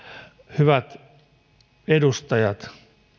hyvät edustajat